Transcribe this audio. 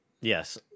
yes